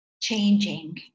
changing